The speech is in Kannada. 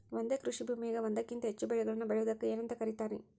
ಒಂದೇ ಕೃಷಿ ಭೂಮಿಯಾಗ ಒಂದಕ್ಕಿಂತ ಹೆಚ್ಚು ಬೆಳೆಗಳನ್ನ ಬೆಳೆಯುವುದಕ್ಕ ಏನಂತ ಕರಿತಾರಿ?